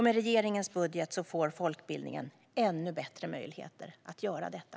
Med regeringens budget får folkbildningen ännu bättre möjligheter att göra detta.